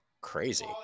crazy